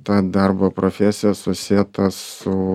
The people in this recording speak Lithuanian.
ta darbo profesija susieta su